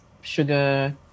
sugar